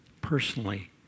personally